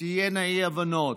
יהיו אי-הבנות.